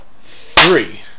three